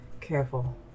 careful